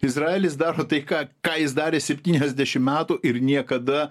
izraelis daro tai ką ką jis darė septyniasdešimt metų ir niekada